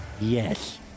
Yes